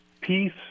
peace